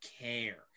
care